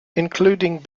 including